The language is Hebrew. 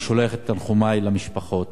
אני שולח את תנחומי למשפחות.